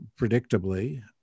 predictably